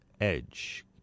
edge